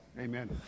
Amen